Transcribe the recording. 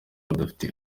badafite